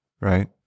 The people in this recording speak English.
right